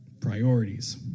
priorities